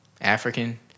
African